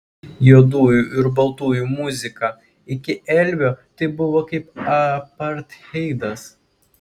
juodųjų ir baltųjų muzika iki elvio tai buvo kaip apartheidas